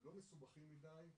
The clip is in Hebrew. לא מסובכים מדי,